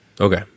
Okay